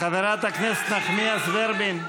חברת הכנסת נחמיאס ורבין.